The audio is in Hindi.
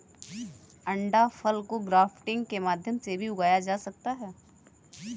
अंडाफल को ग्राफ्टिंग के माध्यम से भी उगाया जा सकता है